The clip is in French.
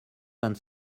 vingt